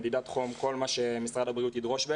מדידת חום וכל מה שמשרד הבריאות ידרוש.